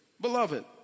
Beloved